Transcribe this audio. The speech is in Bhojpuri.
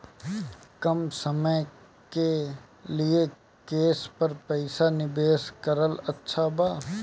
कम समय के लिए केस पर पईसा निवेश करल अच्छा बा?